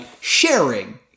sharing